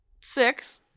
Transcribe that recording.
Six